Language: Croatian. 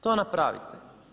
To napravite.